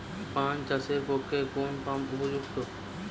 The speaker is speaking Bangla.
পান চাষের পক্ষে কোন পাম্প উপযুক্ত?